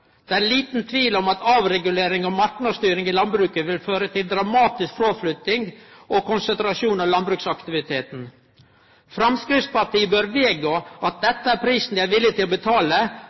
Det er liten tvil om at avregulering og marknadsstyring av landbruket vil føre til dramatisk fråflytting og konsentrasjon av landbruksaktiviteten. Framstegspartiet bør vedgå at dette er prisen dei er villige til å betale